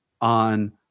on